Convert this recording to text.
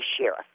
sheriff